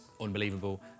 unbelievable